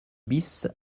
bis